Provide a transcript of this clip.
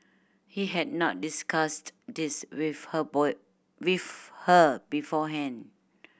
he had not discussed this with her boy with her beforehand